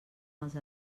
els